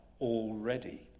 already